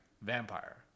Vampire